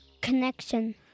Connection